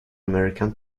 american